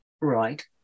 Right